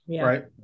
right